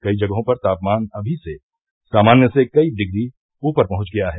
कई जगहों पर तापमान अभी से सामान्य से कई डिग्री ऊपर पहुंच गया है